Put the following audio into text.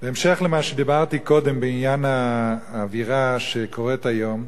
בהמשך למה שאמרתי קודם בעניין האווירה היום,